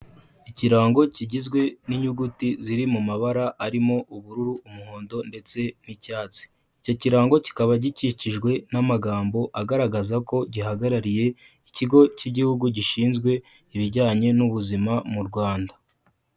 Ikirango kigizwe n'inyuguti ziri mu mabara arimo ubururu, umuhondo ndetse n'icyatsi, icyo kirango kikaba gikikijwe n'amagambo agaragaza ko gihagarariye Ikigo cy'Igihugu Gishinzwe Ibijyanye n'Ubuzima mu Rwanda.